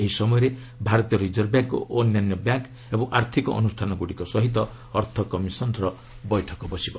ଏହି ସମୟରେ ଭାରତୀୟ ରିଜର୍ଭ ବ୍ୟାଙ୍କ୍ ଓ ଅନ୍ୟାନ୍ୟ ବ୍ୟାଙ୍କ୍ ଏବଂ ଆର୍ଥିକ ଅନୁଷାନଗୁଡ଼ିକ ସହିତ ଅର୍ଥ କମିଶନ୍ର ବୈଠକ ବସିବ